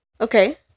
Okay